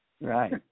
Right